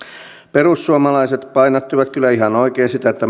perussuomalaiset painottivat kyllä ihan oikein sitä että